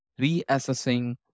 reassessing